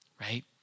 right